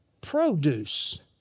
produce